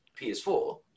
PS4